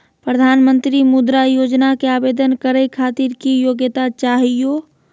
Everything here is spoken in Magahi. प्रधानमंत्री मुद्रा योजना के आवेदन करै खातिर की योग्यता चाहियो?